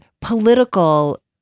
Political